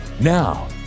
Now